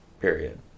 Period